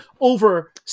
over